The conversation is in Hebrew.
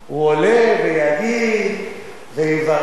הוא עולה ויגיד ויברך,